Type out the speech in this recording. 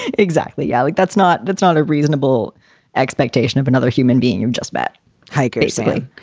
exactly. yeah. like that's not that's not a reasonable expectation of another human being. you've just met hikers safely.